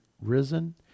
risen